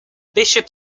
bishop